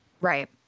Right